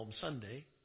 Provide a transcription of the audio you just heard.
Sunday